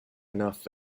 enough